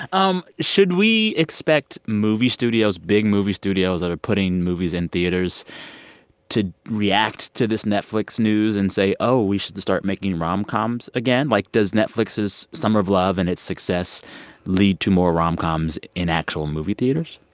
um should we expect movie studios big movie studios that are putting movies in theaters to react to this netflix news and say, oh, we should start making rom-coms again? like, does netflix's summer of love and its success lead to more rom-coms in actual movie theaters?